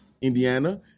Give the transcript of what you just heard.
Indiana